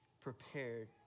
prepared